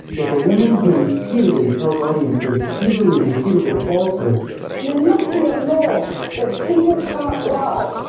if a woman who repeatedly tells audiences easily refutable falsehoods. and there must be a law that people can't lie!